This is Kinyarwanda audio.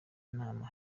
nama